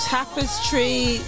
Tapestry